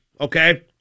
okay